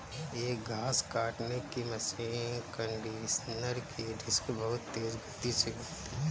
एक घास काटने की मशीन कंडीशनर की डिस्क बहुत तेज गति से घूमती है